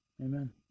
Amen